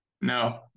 no